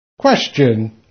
Question